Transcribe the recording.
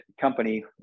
company